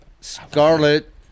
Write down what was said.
Scarlet